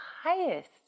highest